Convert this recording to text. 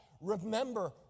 Remember